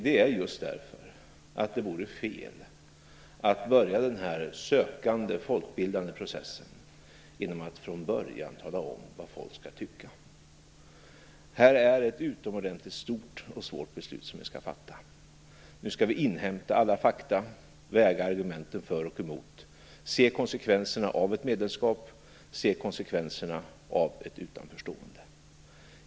Det är den därför att det vore fel att börja den här sökande, folkbildande processen genom att från början tala om vad folk skall tycka. Det är ett utomordentligt stort och svårt beslut som vi skall fatta. Nu skall vi inhämta alla fakta, väga argumenten för och emot, se konsekvenserna av ett medlemskap och se konsekvenserna av ett utanförstående.